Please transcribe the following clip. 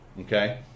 Okay